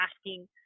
asking –